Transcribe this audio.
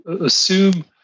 assume